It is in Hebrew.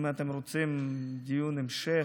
אם אתם רוצים דיון המשך,